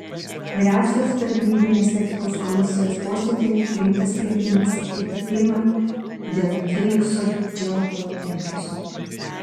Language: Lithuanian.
vyriausios tarnybinės etikos komisijos posėdyje priimtas sprendimas atlikti tyrimą dėl felikso džiauto elgesio